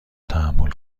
تحمل